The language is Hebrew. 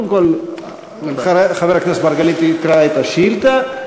קודם כול חבר הכנסת מרגלית יקרא את השאילתה.